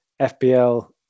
FBL